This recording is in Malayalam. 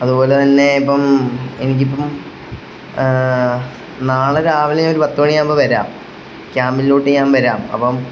അതുപോലെ തന്നെ ഇപ്പം എനിക്കിപ്പം നാളെ രാവിലെ ഒരു പത്ത് മണിയാകുമ്പോൾ വരാം ക്യാമ്പിലോട്ട് ഞാൻ വരാം അപ്പം